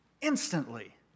Instantly